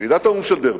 ועידת האו"ם בדרבן.